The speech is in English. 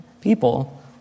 people